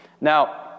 Now